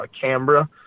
Canberra